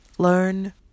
learn